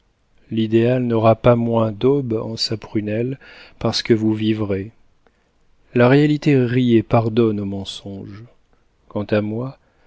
l'idéal n'aura pas moins d'aube en sa prunelle parce que vous vivrez la réalité rit et pardonne au mensonge quant à moi